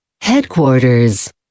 Headquarters